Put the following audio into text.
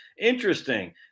interesting